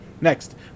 Next